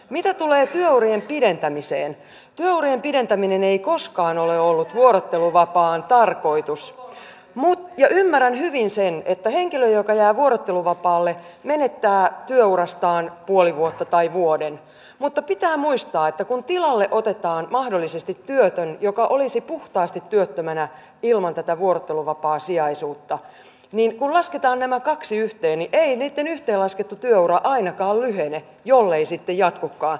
mitä tulee työurien pidentämiseen työurien pidentäminen ei koskaan ole ollut vuorotteluvapaan tarkoitus ja ymmärrän hyvin sen että henkilö joka jää vuorotteluvapaalle menettää työurastaan puoli vuotta tai vuoden mutta pitää muistaa että kun tilalle otetaan mahdollisesti työtön joka olisi puhtaasti työttömänä ilman tätä vuorotteluvapaasijaisuutta ja lasketaan nämä kaksi yhteen niin ei heidän yhteenlaskettu työuransa ainakaan lyhene jollei sitten jatkukaan